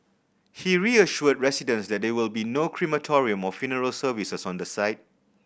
he reassured residents that there will be no crematorium or funeral services on the site